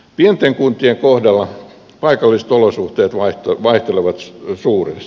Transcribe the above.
pienten kuntien kohdalla paikalliset olosuhteet vaihtelevat suuresti